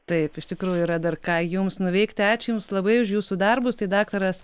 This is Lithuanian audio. taip iš tikrųjų yra dar ką jums nuveikti ačiū jums labai už jūsų darbus tai daktaras